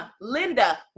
Linda